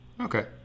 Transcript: okay